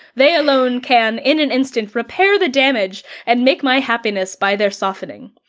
they alone can in an instant repair the damage and make my happiness by their softening.